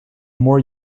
more